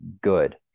good